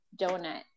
donut